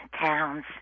towns